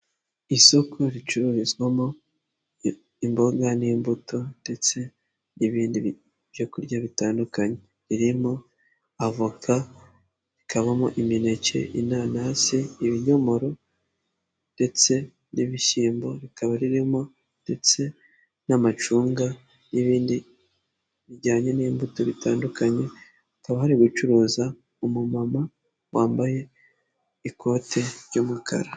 Isoko ricururizwamo imboga n'imbuto ndetse n'ibindi byo kurya bitandukanye ririmo; avoka, rikabamo imineke, inanasi, ibinyomoro, ndetse n'ibishyimbo, rikaba ririmo ndetse n'amacunga n'ibindi bijyanye n'imbuto bitandukanye, hakaba hari gucuruza umumama wambaye ikote ry'umukara.